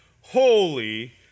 holy